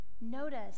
Notice